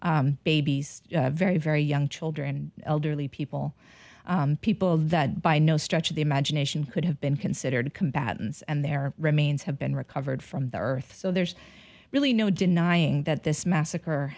babies very very young children elderly people people that by no stretch of the imagination could have been considered combatants and their remains have been recovered from the earth so there's really no denying that this massacre